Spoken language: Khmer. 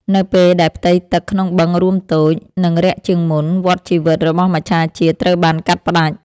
នៅពេលដែលផ្ទៃទឹកក្នុងបឹងរួមតូច និងរាក់ជាងមុន វដ្តជីវិតរបស់មច្ឆជាតិត្រូវបានកាត់ផ្តាច់។